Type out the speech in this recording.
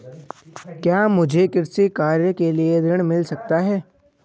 क्या मुझे कृषि कार्य के लिए ऋण मिल सकता है?